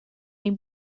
این